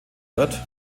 wird